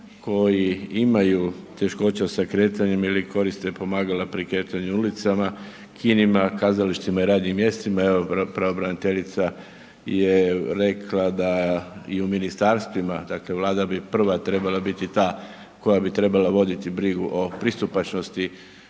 koji imaju teškoća sa kretanjem ili koriste pomagala pri kretanju ulicama, kinima, kazalištima i radnim mjestima. Evo pravobraniteljica je rekla da i u ministarstvima, dakle Vlada bi prva trebala biti ta koja bi trebala voditi brigu o pristupačnosti